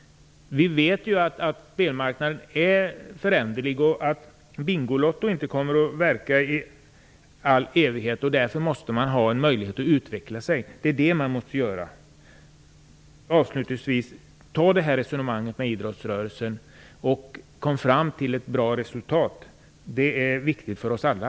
Vi vet att spelmarknaden är föränderlig och att Bingo-lotto inte kommer att verka i all evighet. Därför måste idrottsrörelsen ha en möjlighet till utveckling. Avslutningsvis: Ta det här resonemanget med idrottsrörelsen, och kom fram till ett bra resultat. Det är viktigt för oss alla.